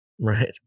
right